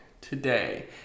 today